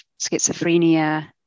schizophrenia